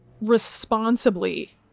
responsibly